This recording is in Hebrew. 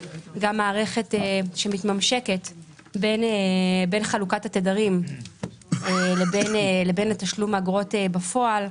גם מערכת שמתממשקת בין חלוקת התדרים לבין תשלום אגרות בפועל,